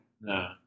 No